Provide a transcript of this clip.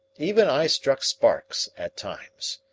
even i struck sparks at times.